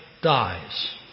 dies